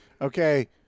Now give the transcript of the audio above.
okay